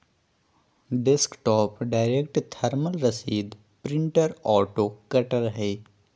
desktop direct thermal रसीद printer auto cutter हइ